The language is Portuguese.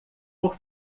por